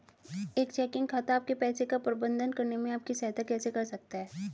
एक चेकिंग खाता आपके पैसे का प्रबंधन करने में आपकी सहायता कैसे कर सकता है?